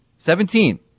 Seventeen